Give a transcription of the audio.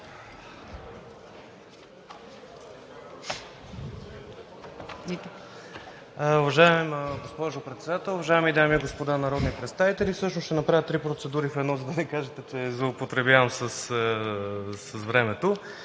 Уважаема госпожо Председател, уважаеми дами и господа народни представители! Всъщност ще направя три процедури в едно, за да не кажете, че злоупотребявам с времето.